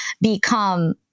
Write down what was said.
become